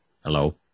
Hello